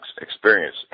experience